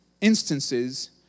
instances